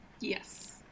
Yes